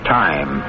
time